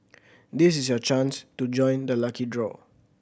this is your chance to join the lucky draw